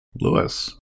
Lewis